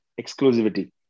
exclusivity